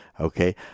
okay